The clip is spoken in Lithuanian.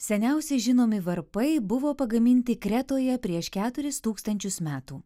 seniausi žinomi varpai buvo pagaminti kretoje prieš keturis tūkstančius metų